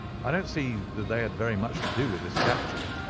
i don't see that they had very much to do with his capture,